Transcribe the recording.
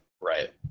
Right